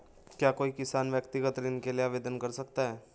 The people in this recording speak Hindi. क्या कोई किसान व्यक्तिगत ऋण के लिए आवेदन कर सकता है?